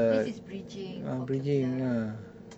this is bridging for kaplan